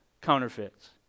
counterfeits